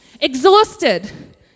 exhausted